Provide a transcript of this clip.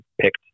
picked